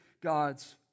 God's